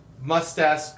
mustache